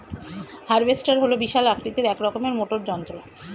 harvester হল বিশাল আকৃতির এক রকমের মোটর যন্ত্র